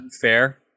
Fair